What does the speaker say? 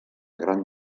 gran